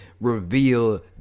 reveal